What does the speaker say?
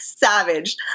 Savage